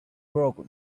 broken